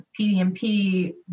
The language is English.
PDMP